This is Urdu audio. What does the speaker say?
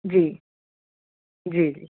جی جی جی